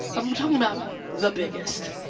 um talking about the biggest.